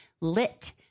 Lit